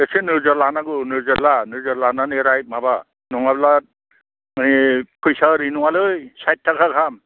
एसे नोजोर लानांगौ नोजोर ला नोजोर लानानै राय माबा नङाब्ला नै फैसाया ओरैनो नङालै साथि थाखा गाहाम